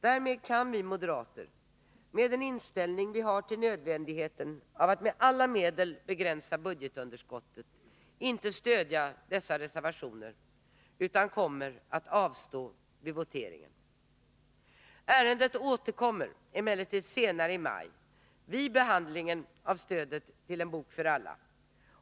Därmed kan vi moderater med den inställning vi har till nödvändigheten av att med alla medel begränsa budgetunderskottet inte stödja dessa reservationer utan kommer att avstå vid voteringen. Ärendet återkommer emellertid senare i maj vid behandlingen av stödet till En bok för alla.